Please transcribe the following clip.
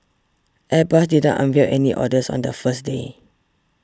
airbus didn't unveil any orders on the first day